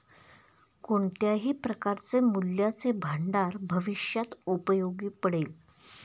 कोणत्याही प्रकारचे मूल्याचे भांडार भविष्यात उपयोगी पडेल